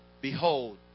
Behold